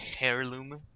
heirloom